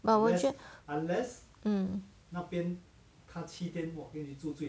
but 我觉 mm